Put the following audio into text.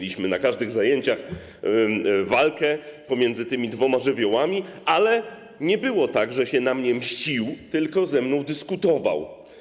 Mieliśmy na każdych zajęciach walkę pomiędzy tymi dwoma żywiołami, ale nie było tak, że się na mnie mścił, tylko tak, że ze mną dyskutował.